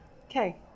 Okay